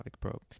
Pro